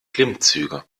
klimmzüge